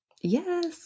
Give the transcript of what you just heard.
Yes